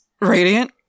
radiant